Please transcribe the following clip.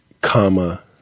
comma